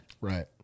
Right